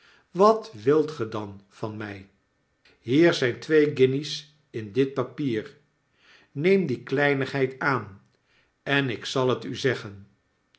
wat wilt ge dan van my hier zyn twee guinjes in dit papier neem die kleinigheid aan en ik zal het u zeggen